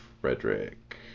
frederick